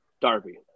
Darby